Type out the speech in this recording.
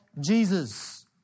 Jesus